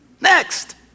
Next